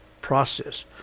process